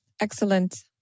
Excellent